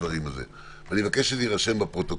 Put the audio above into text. אני מבקש שזה יירשם בפרוטוקול.